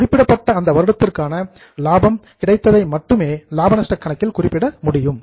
குறிப்பிட்ட அந்த வருடத்திற்கான லாபம் கிடைத்ததை மட்டும் லாப நஷ்டக் கணக்கில் குறிப்பிட முடியும்